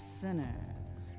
sinners